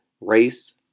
race